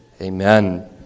Amen